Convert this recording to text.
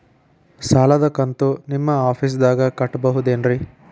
ಸಾಲದ ಕಂತು ನಿಮ್ಮ ಆಫೇಸ್ದಾಗ ಕಟ್ಟಬಹುದೇನ್ರಿ?